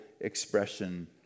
expression